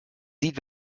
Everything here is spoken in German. sieht